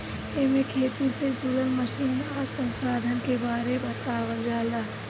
एमे खेती से जुड़ल मशीन आ संसाधन के बारे बतावल जाला